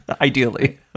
ideally